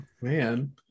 man